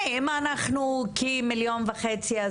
אם אנחנו כמיליון וחצי,